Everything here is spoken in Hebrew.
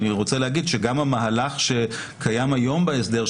אני רוצה להגיד שגם המהלך שקיים היום בהסדר,